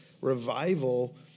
revival